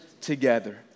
together